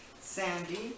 Sandy